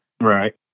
right